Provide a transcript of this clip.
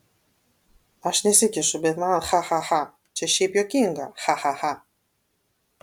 aš nesikišu bet man cha cha cha čia šiaip juokinga cha cha cha